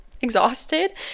exhausted